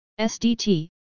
SDT